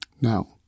Now